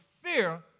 fear